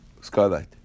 skylight